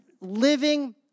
living